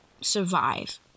survive